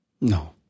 No